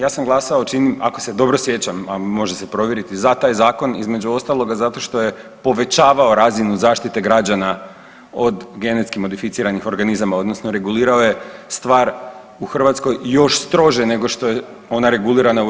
Ja sam glasao čini, ako se dobro sjećam, a može se provjeriti, za taj zakon između ostaloga zato što je povećavao razinu zaštite građana od genetski modificiranih organizama odnosno regulirao je stvar u Hrvatskoj još strože nego što je ona regulirana u EU.